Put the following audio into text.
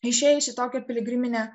išėjusi į tokią piligriminę